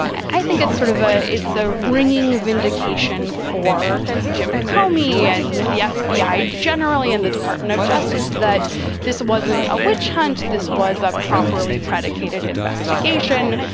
i think it's sort of a it's a ringing vindication for jim comey and the fbi generally and the department of justice that this wasn't a witch hunt. this was a properly predicated investigation.